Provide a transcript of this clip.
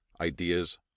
ideas